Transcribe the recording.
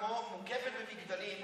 מוקפת במגדלים,